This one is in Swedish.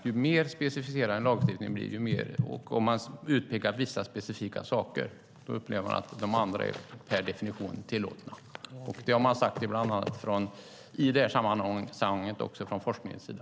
Ju mer specificerad en lagstiftning blir, desto tydligare upplever man att det som inte specificeras per definition är tillåtet. Det har man också sagt från forskningens sida.